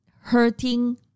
hurting